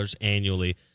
annually